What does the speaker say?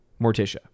Morticia